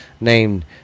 named